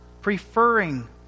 preferring